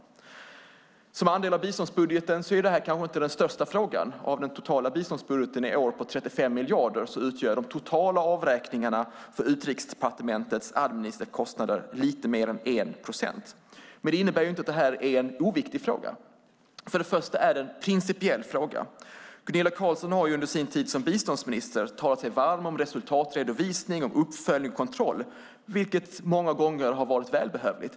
Som andel av biståndsbudgeten är det kanske inte den största frågan. Av årets hela biståndsbudget på 35 miljarder utgör de totala avräkningarna för Utrikesdepartementets administrativa kostnader lite mer än 1 procent. Det innebär dock inte att detta är en oviktig fråga. Till att börja med är det en principiell fråga. Gunilla Carlsson har under sin tid som biståndsminister talat sig varm för resultatredovisning, uppföljning och kontroll, vilket många gånger har varit välbehövligt.